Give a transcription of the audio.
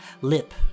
lip